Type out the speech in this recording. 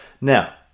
Now